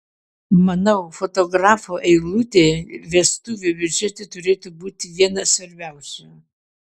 manau fotografo eilutė vestuvių biudžete turėtų būti viena svarbiausių